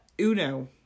uno